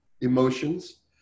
emotions